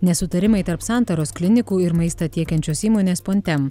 nesutarimai tarp santaros klinikų ir maistą tiekiančios įmonės pontem